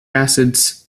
acids